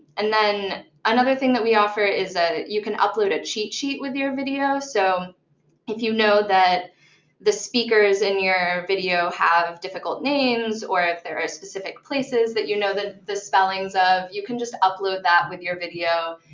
and then another thing that we offer is that ah you can upload a cheat sheet with your video. so if you know that the speakers in your video have difficult names or if there are specific places that you know the spellings of, you can just upload that with your video,